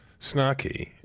snarky